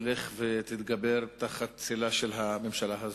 תלך ותתגבר תחת צלה של הממשלה הזאת.